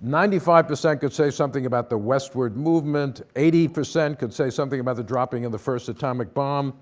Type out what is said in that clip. ninety five percent could say something about the westward movement. eighty percent could say something about the dropping of the first atomic bomb